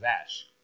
Ash